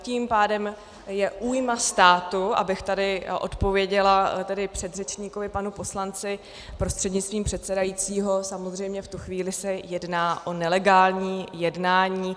Tím pádem je újma státu abych tady tedy odpověděla předřečníkovi panu poslanci prostřednictvím předsedajícího samozřejmě v tu chvíli se jedná o nelegální jednání.